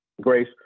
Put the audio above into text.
Grace